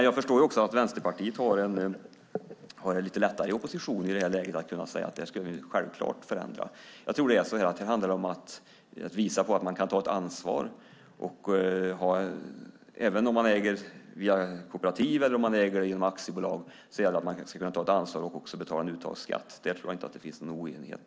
Jag förstår också att Vänsterpartiet har det lite lättare i opposition i det här läget, som kan säga att ni självklart skulle förändra det. Jag tror att det handlar om att visa att man kan ta ett ansvar. Även om man äger via kooperativ eller genom aktiebolag gäller det att man ska kunna ta ett ansvar och också betala en uttagsskatt. Där tror jag inte att det finns någon oenighet.